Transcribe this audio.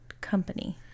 Company